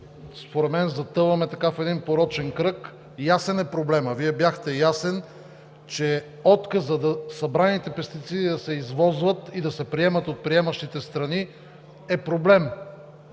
Според мен затъваме в един порочен кръг. Проблемът е ясен. Вие бяхте ясен, че отказът събраните пестициди да се извозват и да се приемат от приемащите страни е проблем.